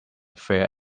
fair